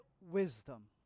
wisdom